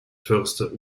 förster